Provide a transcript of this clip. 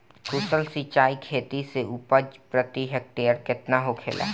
कुशल सिंचाई खेती से उपज प्रति हेक्टेयर केतना होखेला?